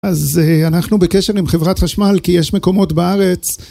אז אנחנו בקשר עם חברת חשמל, כי יש מקומות בארץ...